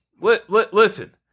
Listen